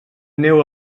neu